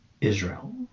Israel